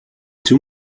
two